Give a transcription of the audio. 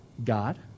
God